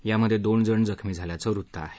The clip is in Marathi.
यामध्ये दोन जण जखमी झाल्याचं वृत्त आहे